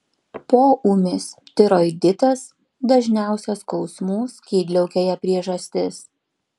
poūmis tiroiditas dažniausia skausmų skydliaukėje priežastis